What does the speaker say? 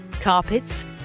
carpets